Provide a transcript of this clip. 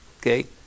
okay